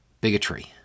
bigotry